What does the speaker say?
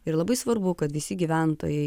ir labai svarbu kad visi gyventojai